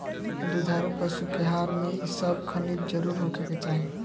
दुधारू पशु के आहार में इ सब खनिज जरुर होखे के चाही